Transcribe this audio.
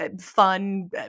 fun